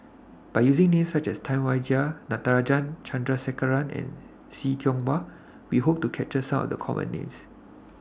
By using Names such as Tam Wai Jia Natarajan Chandrasekaran and See Tiong Wah We Hope to capture Some of The Common Names